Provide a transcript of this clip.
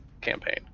campaign